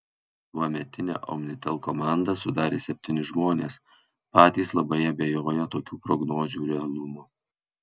tuometinę omnitel komandą sudarė septyni žmonės patys labai abejoję tokių prognozių realumu